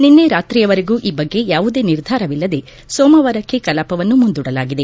ನಿನ್ನೆ ರಾತ್ರಿಯವರೆಗೂ ಈ ಬಗ್ಗೆ ಯಾವುದೇ ನಿರ್ಧಾರವಿಲ್ಲದೆ ಸೋಮವಾರಕ್ಕೆ ಕಲಾಪವನ್ನು ಮುಂದೂಡಲಾಗಿದೆ